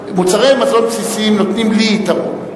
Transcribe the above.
מוצרי מזון בסיסיים נותנים לי יתרון,